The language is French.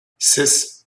six